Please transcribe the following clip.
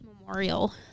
Memorial